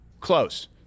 Close